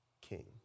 king